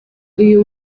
uyu